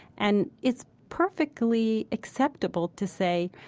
and it's perfectly acceptable to say,